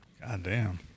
Goddamn